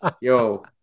Yo